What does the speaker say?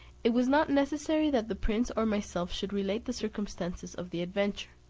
it was not necessary that the prince or myself should relate the circumstances of the adventure,